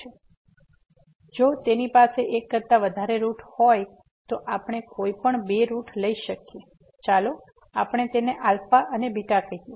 તેથી જો તેની પાસે એક કરતાં વધારે રૂટ હોય તો આપણે કોઈપણ બે રૂટ લઈ શકીએ ચાલો આપણે તેને આલ્ફા અને બીટા કહીએ